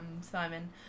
Simon